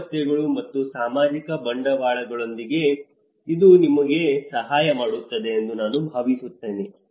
ವ್ಯವಸ್ಥೆಗಳು ಮತ್ತು ಸಾಮಾಜಿಕ ಬಂಡವಾಳಗಳೊಂದಿಗೆ ಇದು ನಿಮಗೆ ಸಹಾಯ ಮಾಡುತ್ತದೆ ಎಂದು ನಾನು ಭಾವಿಸುತ್ತೇನೆ